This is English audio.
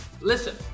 listen